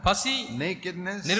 nakedness